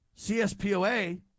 CSPOA